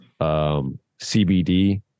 CBD